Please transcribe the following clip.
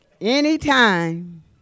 Anytime